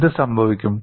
എന്ത് സംഭവിക്കും